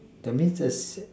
that means there's